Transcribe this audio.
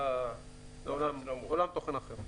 זה עולם תוכן אחר.